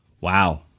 Wow